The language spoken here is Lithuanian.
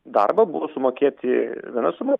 darbą buvo sumokėti viena suma